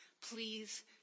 please